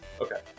Okay